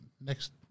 next